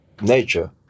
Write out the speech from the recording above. nature